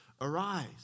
Arise